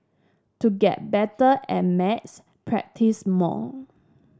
to get better at maths practise more